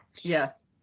yes